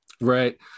Right